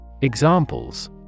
Examples